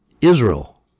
Israel